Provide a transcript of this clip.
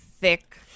thick